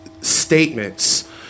statements